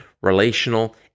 relational